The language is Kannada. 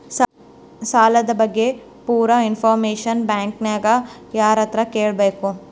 ಸಾಲದ ಬಗ್ಗೆ ಪೂರ ಇಂಫಾರ್ಮೇಷನ ಬ್ಯಾಂಕಿನ್ಯಾಗ ಯಾರತ್ರ ಕೇಳಬೇಕು?